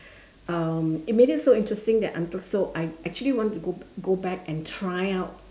um it made it so interesting that until so I actually want to go go back and try out